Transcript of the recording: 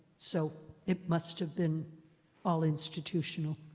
so it must have been all institutional.